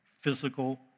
physical